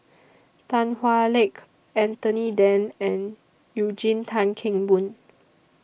Tan Hwa Luck Anthony Then and Eugene Tan Kheng Boon